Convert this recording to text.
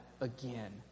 again